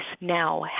now